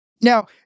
Now